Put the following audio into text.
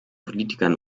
politikern